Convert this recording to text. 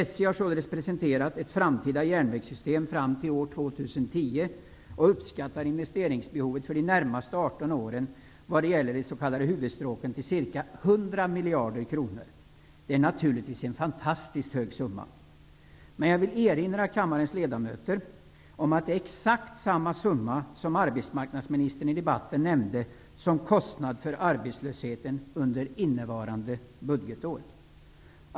SJ har presenterat ett framtida järnvägssystem fram till år 2010 och uppskattar investeringsbehovet för de närmaste 18 åren när det gäller de s.k. huvudstråken till ca 100 miljarder kronor. Det är naturligstvis en fantastiskt stor summa. Men jag vill erinra kammarens ledamöter om att det är exakt samma summa som arbetsmarknadsministern i debatten nämnde som kostnad för arbetslösheten under innevarande budgetår.